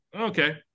okay